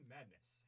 Madness